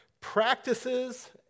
practices